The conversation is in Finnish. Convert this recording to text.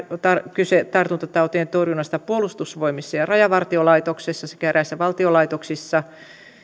kyse tartuntatautien torjunnasta puolustusvoimissa ja rajavartiolaitoksessa sekä eräissä valtion laitoksissa